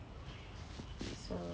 so